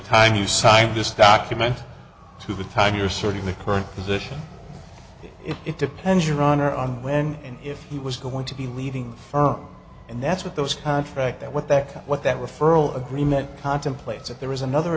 time you signed this document to the time you're serving the current position it depends your honor on when and if he was going to be leaving the firm and that's what those contract that what that what that referral agreement contemplates if there is another